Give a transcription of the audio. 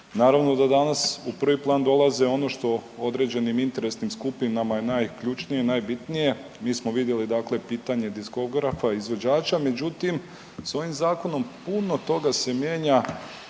Naravno da danas u prvi plan dolaze ono što određenim interesnim skupinama je najključnije i najbitnije. Mi smo vidjeli dakle pitanje diskografa i izvođača, međutim s ovim zakonom puno toga se mijenja